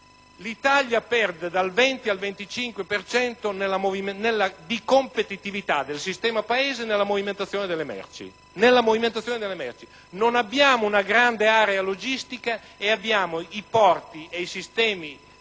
l'Italia perde dal 20 al 25 per cento di competitività del sistema Paese nella movimentazione delle merci. Non abbiamo una grande area logistica e i porti e i sistemi